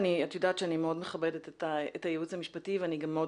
את יודעת שאני מאוד מכבדת את הייעוץ המשפטי ואני גם מאוד